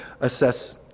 assess